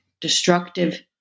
destructive